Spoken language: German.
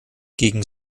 gegen